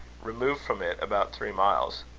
removed from it about three miles.